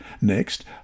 Next